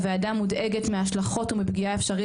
הוועדה מודאגת מההשלכות ומפגיעה אפשרית